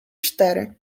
cztery